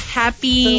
happy